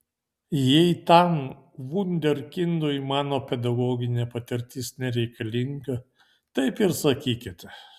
jeigu tam vunderkindui mano pedagoginė patirtis nereikalinga taip ir sakykite